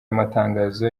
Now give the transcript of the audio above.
amatangazo